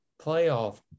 playoff –